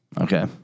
Okay